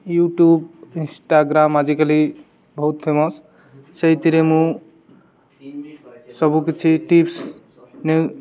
YouTube Instagram ଆଜିକାଲି ବହୁତ famous ସେଇଥିରେ ମୁଁ ସବୁକିଛି ଟିପ୍ସ୍ ନେଉ